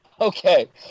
Okay